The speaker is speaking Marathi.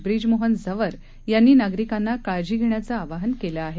ब्रीजमोहन झंवर यांनी नागरिकांना काळजी घेण्याचं आवाहन केलं आहे